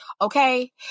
okay